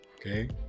okay